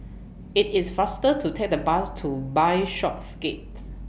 IT IS faster to Take The Bus to Bishopsgate